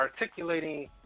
articulating